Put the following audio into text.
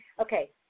Okay